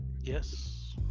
Yes